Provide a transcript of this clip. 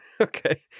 Okay